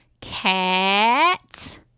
cat